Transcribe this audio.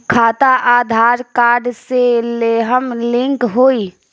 खाता आधार कार्ड से लेहम लिंक होई?